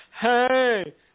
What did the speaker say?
hey